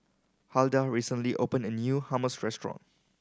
Huldah recently opened a new Hummus Restaurant